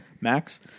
Max